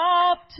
up